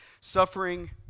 Suffering